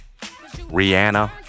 Rihanna